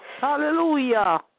Hallelujah